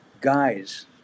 guys